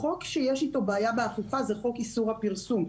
החוק שיש אתו בעיה באכיפה זה חוק איסור הפרסום.